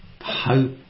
hope